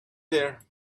there